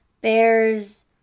Bears